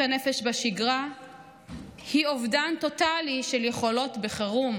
הנפש בשגרה היא אובדן טוטלי של יכולות בחירום,